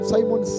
Simon